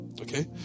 Okay